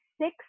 six